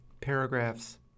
paragraphs